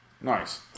Nice